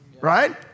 Right